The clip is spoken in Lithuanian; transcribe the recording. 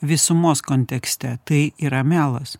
visumos kontekste tai yra melas